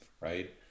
right